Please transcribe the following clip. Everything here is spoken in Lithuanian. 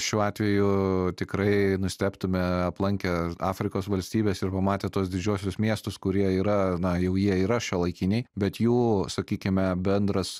šiuo atveju tikrai nustebtume aplankę afrikos valstybes ir pamatę tuos didžiuosius miestus kurie yra na jau jie yra šiuolaikiniai bet jų sakykime bendras